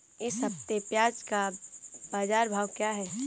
इस हफ्ते प्याज़ का बाज़ार भाव क्या है?